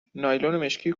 مشکی